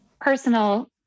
personal